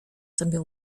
sobie